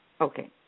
Okay